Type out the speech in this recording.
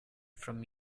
from